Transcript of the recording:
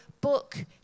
book